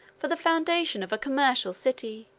for the foundation of a commercial city,